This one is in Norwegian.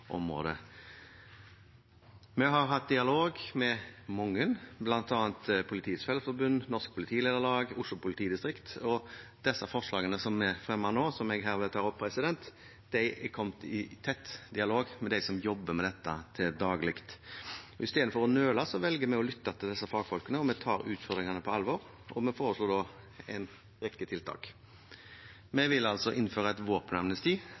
området. Vi har hatt dialog med mange, bl.a. Politiets Fellesforbund, Norges Politilederlag og Oslo politidistrikt, og disse forslagene som er fremmet nå, og som jeg herved tar opp, er kommet i tett dialog med dem som jobber med dette til daglig. Istedenfor å nøle velger vi å lytte til disse fagfolkene. Vi tar utfordringene på alvor, og vi foreslår da en rekke tiltak. Vi vil altså innføre et våpenamnesti